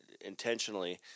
intentionally